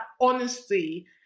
honesty